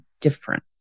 different